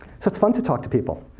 so it's fun to talk to people.